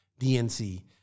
DNC